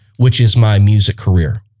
which is my music career